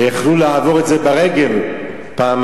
הם יכלו לעבור את זה ברגל פעמיים.